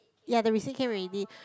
ya the receipt came already